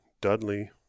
Dudley